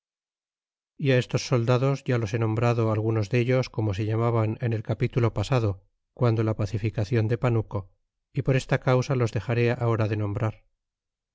y estos soldados ya los he nombrado algunos dellos como se llamaban en el capítulo pasado guando la pacificacion de panuco y por esta causa los dexare ahora de nombrar